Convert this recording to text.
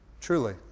Truly